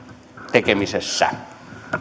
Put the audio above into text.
tekemisessä